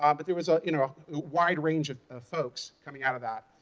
um but there was, ah you know, a wide range of folks coming out of that.